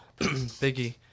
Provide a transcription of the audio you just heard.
Biggie